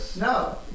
no